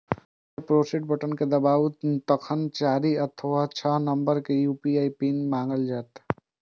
फेर proceed button कें दबाउ, तखन चारि अथवा छह नंबर के यू.पी.आई पिन मांगल जायत